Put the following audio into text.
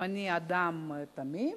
אם אני אדם תמים,